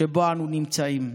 שבו אנו נמצאים,